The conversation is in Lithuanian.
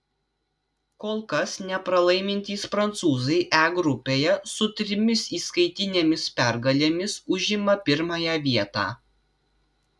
kol kas nepralaimintys prancūzai e grupėje su trimis įskaitinėmis pergalėmis užima pirmąją vietą